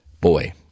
Boy